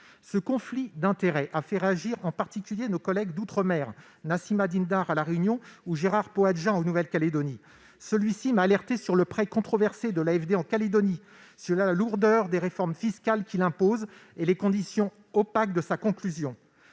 Ce conflit d'intérêts a fait réagir, en particulier, nos collègues d'outre-mer Nassimah Dindar, de La Réunion, ou Gérard Poadja, de Nouvelle-Calédonie. Celui-ci m'a alerté sur le prêt controversé de l'AFD à la Nouvelle-Calédonie, la lourdeur des réformes fiscales qu'il impose et les conditions opaques de sa conclusion.